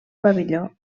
pavelló